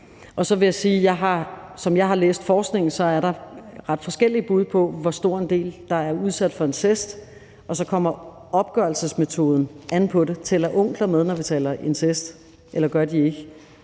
om Grønland. Som jeg har læst forskningen, er der ret forskellige bud på, hvor stor en del der er udsat for incest, og så kommer opgørelsesmetoden an på det: Tæller onkler med, når vi taler incest, eller gør de ikke?